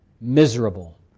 Miserable